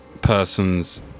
person's